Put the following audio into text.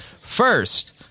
First